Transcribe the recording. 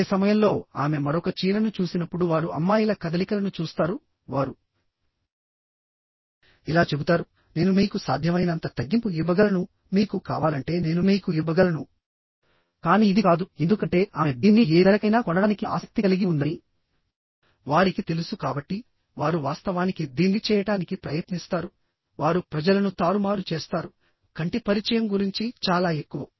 అదే సమయంలోఆమె మరొక చీరను చూసినప్పుడు వారు అమ్మాయిల కదలికలను చూస్తారు వారు ఇలా చెబుతారు నేను మీకు సాధ్యమైనంత తగ్గింపు ఇవ్వగలను మీకు కావాలంటే నేను మీకు ఇవ్వగలను కానీ ఇది కాదు ఎందుకంటే ఆమె దీన్ని ఏ ధరకైనా కొనడానికి ఆసక్తి కలిగి ఉందని వారికి తెలుసు కాబట్టి వారు వాస్తవానికి దీన్ని చేయడానికి ప్రయత్నిస్తారు వారు ప్రజలను తారుమారు చేస్తారు కంటి పరిచయం గురించి చాలా ఎక్కువ